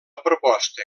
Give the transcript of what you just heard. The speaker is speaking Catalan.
proposta